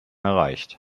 erreicht